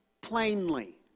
plainly